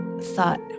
thought